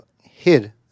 hid